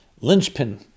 linchpin